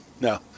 No